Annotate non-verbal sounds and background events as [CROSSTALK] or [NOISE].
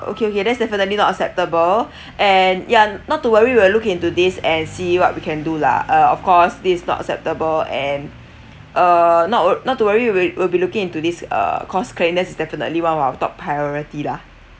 okay okay that's definitely not acceptable [BREATH] and ya not to worry we will look into this and see what we can do lah uh of course this is not acceptable and uh not wo~ not to worry we'll we will be looking into this uh cause cleanliness is definitely one of our top priority lah